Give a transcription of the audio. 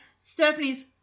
Stephanie's